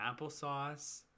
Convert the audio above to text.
applesauce